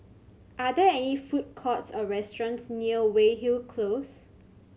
are there any food courts or restaurants near Weyhill Close